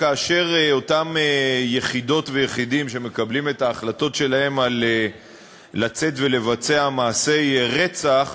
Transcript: אותם יחידות ויחידים שמקבלים את ההחלטות שלהם לצאת ולבצע מעשי רצח,